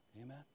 amen